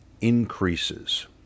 increases